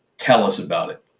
tell us about it.